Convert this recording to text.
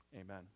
amen